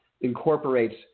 incorporates